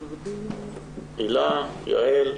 הילה, יעל?